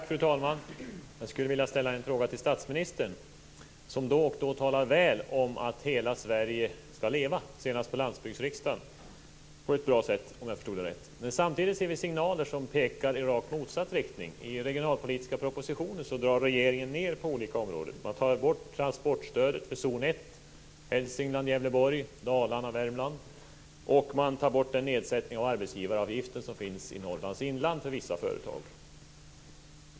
Fru talman! Jag skulle vilja ställa en fråga till statsministern. Han talar då och då väl om att hela Sverige skall leva. Det gjorde han senast på Landsbygdsriksdagen, på ett bra sätt, om jag förstod det rätt. Samtidigt ser vi signaler som pekar i rakt motsatt riktning. I den regionalpolitiska propositionen drar regeringen ned på olika områden. Man tar bort transportstödet för zon 1, Hälsingland, Gävleborg, Dalarna, Värmland. Man tar också bort den ersättning av arbetsgivaravgiften som finns i Norrlands inland för vissa företag.